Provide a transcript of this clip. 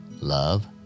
love